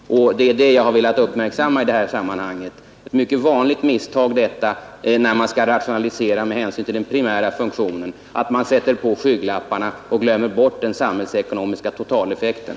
Det är detta jag har velat uppmärksamma i det här sammanhanget. Ett mycket vanligt misstag är att man rationaliserar med hänsyn till den primära funktionen men sedan sätter på sig skygglappar och glömmer den samhällsekonomiska totaleffekten.